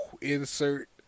Insert